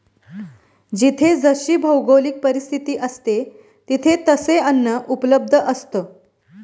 जिथे जशी भौगोलिक परिस्थिती असते, तिथे तसे अन्न उपलब्ध असतं